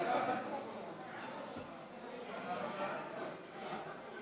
הפנים והגנת הסביבה